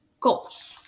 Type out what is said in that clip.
goals